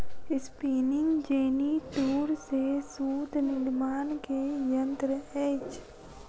spinning jenny तूर से सूत निर्माण के यंत्र अछि